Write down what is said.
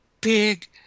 big